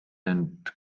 end